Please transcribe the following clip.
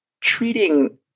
treating